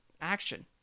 action